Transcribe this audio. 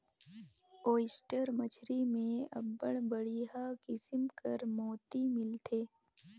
oyster मछरी में अब्बड़ बड़िहा किसिम कर मोती मिलथे